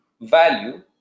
Value